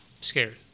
scared